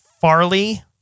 Farley